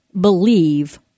believe